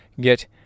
get